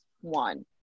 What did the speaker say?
one